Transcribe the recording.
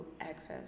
access